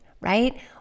right